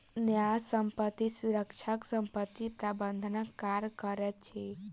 न्यास संपत्तिक संरक्षक संपत्ति प्रबंधनक कार्य करैत अछि